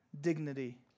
dignity